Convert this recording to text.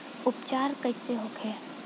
उपचार कईसे होखे?